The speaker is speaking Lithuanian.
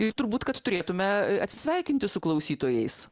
ir turbūt kad turėtume atsisveikinti su klausytojais